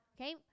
okay